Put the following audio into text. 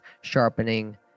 sharpening